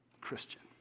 Christian